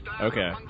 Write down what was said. Okay